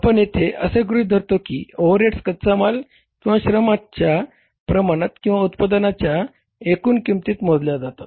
आपण येथे असे गृहित धरतो की ओव्हरहेड्स कच्चा माल किंवा श्रमाच्या प्रमाणात किंवा उत्पादनांच्या एकूण किंमतीत मोजल्या जातात